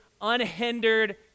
unhindered